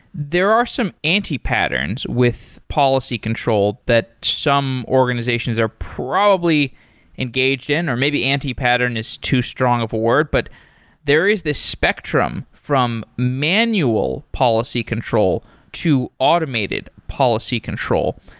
there are some anti-patterns with policy control that some organizations are probably engaged in, or maybe anti-pattern is too strong of a word, but there is this spectrum from manual policy control to automated policy control.